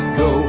go